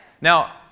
Now